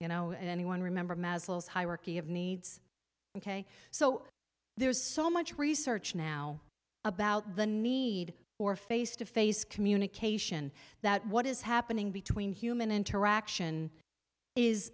you know anyone remember hierarchy of needs ok so there's so much research now about the need for face to face communication that what is happening between human interaction is